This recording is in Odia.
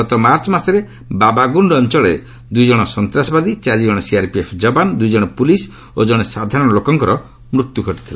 ଗତ ମାର୍ଚ୍ଚ ମାସରେ ବାବାଗୁଣ୍ଡ ଅଞ୍ଚଳରେ ଦୁଇଜଣ ସନ୍ତାସବାଦୀ ଚାରିଜଣ ସିଆର୍ପିଏଫ୍ ଯବାନ ଦୁଇଜଣ ପୁଲିସ୍ ଓ ଜଣେ ସାଧାରଣଲୋକର ମୃତ୍ୟୁ ଘଟିଥିଲା